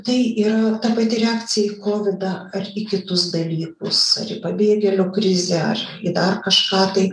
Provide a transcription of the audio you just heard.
tai yra ta pati reakcija į kovidą ar į kitus dalykus ar pabėgėlių krizę aš į dar kažką tai